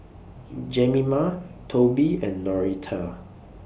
Jemima Toby and Noretta